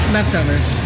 Leftovers